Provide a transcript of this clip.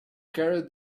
carried